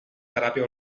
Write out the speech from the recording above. teràpia